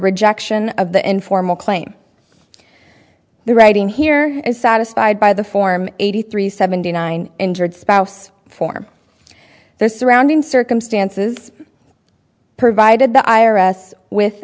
rejection of the informal claim the writing here is satisfied by the form eighty three seventy nine injured spouse form their surrounding circumstances provided the i r s with